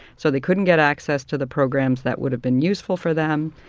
so, they couldn't get access to the programs that would have been useful for them.